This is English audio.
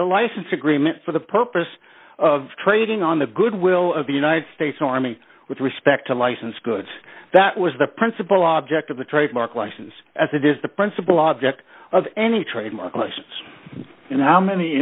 a license agreement for the purpose of trading on the goodwill of the united states army with respect to license goods that was the principal object of the trademark license as it is the principal object of any trademark and how many